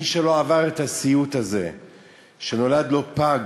מי שלא עבר את הסיוט הזה שנולד לו פג,